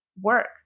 work